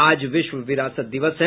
आज विश्व विरासत दिवस है